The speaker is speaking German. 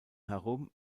herum